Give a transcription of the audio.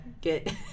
get